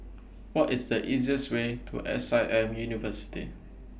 What IS The easiest Way to S I M University